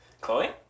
Chloe